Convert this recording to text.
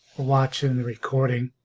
watching the recording